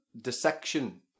dissection